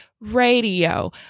radio